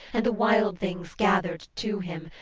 and the wild things gathered to him,